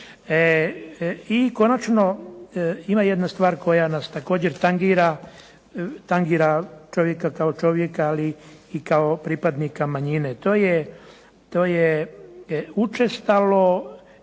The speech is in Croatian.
I konačno ima jedna stvar koja nas također tangira, tangira čovjeka kao čovjeka, ali i kao pripadnika manjine. To je učestalo